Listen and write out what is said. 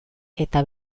eta